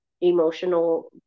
emotional